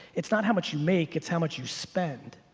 it's not how much you make, it's how much you spend.